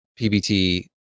pbt